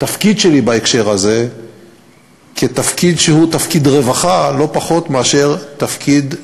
התפקיד שלי בהקשר הזה כתפקיד רווחה לא פחות מאשר תפקיד בינוי.